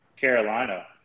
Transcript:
Carolina